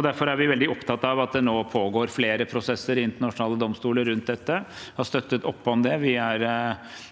Derfor er vi veldig opptatt av at det nå pågår flere prosesser i internasjonale domstoler om dette. Vi har støttet opp om det, vi er